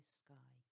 sky